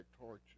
torture